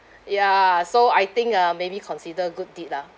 ya so I think uh maybe consider good deed lah